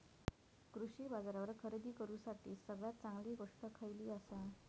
कृषी बाजारावर खरेदी करूसाठी सगळ्यात चांगली गोष्ट खैयली आसा?